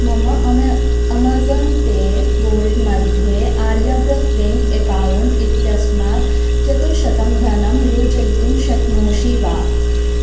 मम अमा Amazon Pay vault मध्ये आर्याव्रत् वेङ्क् अक्कौण्ट् इत्यस्मात् चतुश्शतं धनं योजयितुं शक्नोषि वा